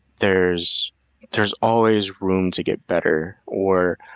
there's there's always room to get better. or